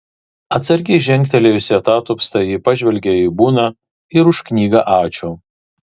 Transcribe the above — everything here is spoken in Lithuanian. atsargiai žengtelėjusi atatupsta ji pažvelgė į buną ir už knygą ačiū